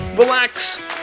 relax